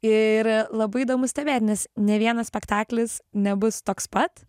ir labai įdomu stebėt nes nė vienas spektaklis nebus toks pat